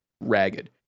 ragged